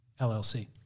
LLC